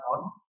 on